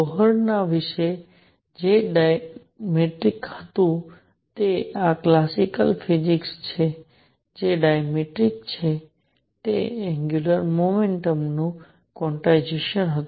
બોહરના model વિશે જે dramatic હતું તે આ ક્લાસિકલ ફિજિક્સ છે જે ડ્રામેટિક છે તે એંગ્યુલર મોમેન્ટમનું ક્વોન્ટાઇઝેશન હતું